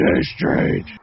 strange